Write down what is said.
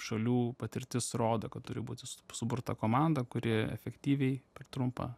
šalių patirtis rodo kad turi būti subu suburta komanda kuri efektyviai per trumpą